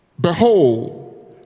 Behold